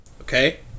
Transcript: Okay